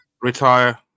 Retire